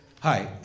Hi